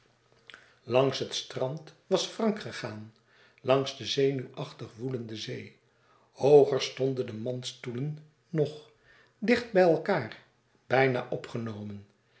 langs het strand was frank gegaan langs de zenuwachtig woelende zee hooger stonden de mandstoelen nog dicht bij elkaâr bijna opgenomen